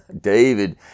David